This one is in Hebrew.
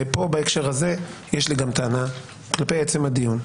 ופה בהקשר הזה יש לי טענה כלפי עצם הדיון.